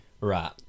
right